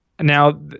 Now